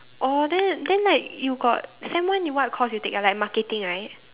oh then then like you got sem one you what course you take ah like marketing right